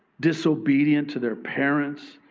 disobedient to their parents,